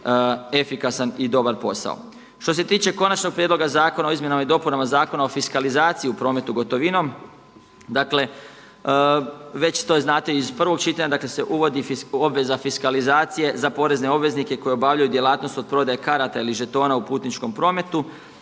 efikasan i dobar posao. Što se tiče konačnog prijedloga Zakona o izmjenama i dopunama Zakona o fiskalizaciji u prometu gotovinom dakle već to znate iz prvog čitanja dakle se uvodi obveza fiskalizacije za porezne obveznike koji obavljaju djelatnost od prodaje karata ili žetona u putničkom prometu,